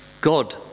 God